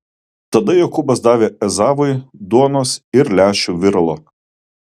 tada jokūbas davė ezavui duonos ir lęšių viralo